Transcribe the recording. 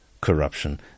corruption